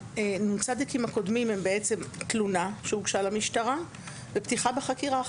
הנ"צ הקודמים הם תלונה שהוגשה למשטרה ופתיחה בחקירה,